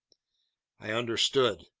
i understood.